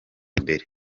imbere